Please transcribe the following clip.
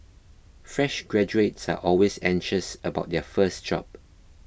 fresh graduates are always anxious about their first job